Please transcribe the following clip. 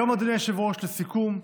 היום, אדוני היושב-ראש, לסיכום,